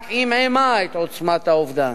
רק עמעמה את עוצמת האובדן.